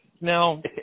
Now